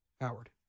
Howard